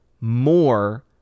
more